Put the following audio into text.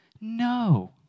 No